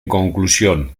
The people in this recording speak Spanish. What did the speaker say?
conclusión